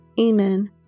Amen